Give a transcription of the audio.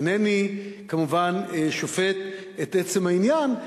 אינני, כמובן, שופט את עצם העניין.